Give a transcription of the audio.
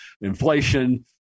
inflation